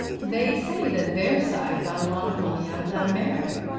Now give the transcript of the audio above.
they say that bearside got a lot of money out of that american.